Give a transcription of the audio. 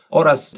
oraz